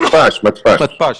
מתפ"ש, מתפ"ש.